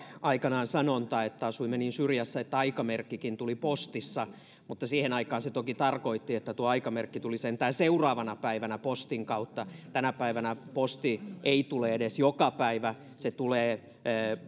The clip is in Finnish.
aikanaan sanonta että asuimme niin syrjässä että aikamerkkikin tuli postissa mutta siihen aikaan se toki tarkoitti että tuo aikamerkki tuli sentään seuraavana päivänä postin kautta tänä päivänä posti ei tule edes joka päivä se tulee